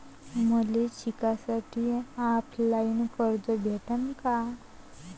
मले शिकासाठी ऑफलाईन कर्ज भेटन का?